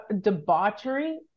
debauchery